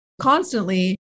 constantly